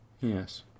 yes